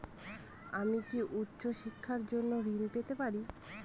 আমি কি উচ্চ শিক্ষার জন্য ঋণ পেতে পারি?